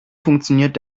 funktioniert